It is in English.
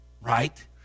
right